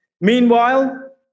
Meanwhile